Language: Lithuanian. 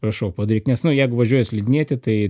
prašau padaryk nes nu jeigu važiuoji slidinėti tai